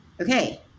okay